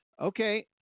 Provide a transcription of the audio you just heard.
Okay